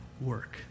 work